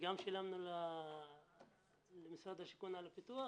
גם שילמנו למשרד השיכון על הפיתוח,